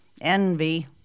Envy